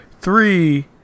three